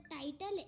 title